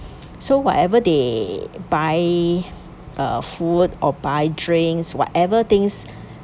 so whatever they buy uh food or buy drinks whatever things ya uh